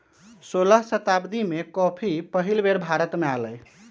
सोलह शताब्दी में कॉफी पहिल बेर भारत आलय